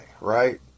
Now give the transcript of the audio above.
right